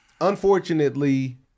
unfortunately